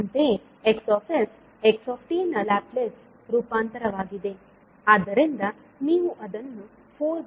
ಅಂತೆಯೇ X x ನ Laplace ರೂಪಾಂತರವಾಗಿದೆ ಆದ್ದರಿಂದ ನೀವು ಅದನ್ನು 4s1 ಎಂದು ಬರೆಯಬಹುದು